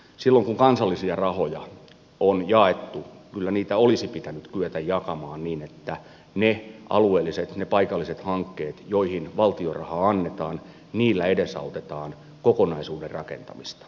silloin kun kansallisia rahoja on jaettu kyllä niitä olisi pitänyt kyetä jakamaan niin että niillä alueellisilla ja paikallisilla hankkeilla joihin valtion rahaa annetaan edesautetaan kokonaisuuden rakentamista